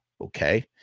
Okay